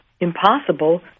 impossible